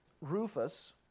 Rufus